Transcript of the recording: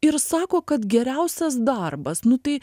ir sako kad geriausias darbas nu tai